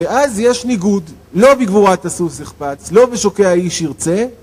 ואז יש ניגוד, "לא בגבורת הסוס יחפץ, לא בשוקי האיש ירצה"